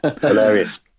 hilarious